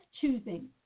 choosing